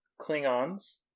Klingons